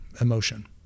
emotion